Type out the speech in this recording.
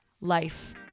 life